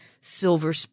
silver